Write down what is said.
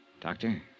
Doctor